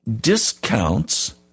discounts